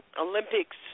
Olympics